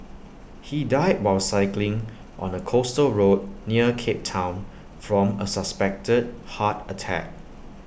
he died while cycling on A coastal road near cape Town from A suspected heart attack